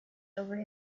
over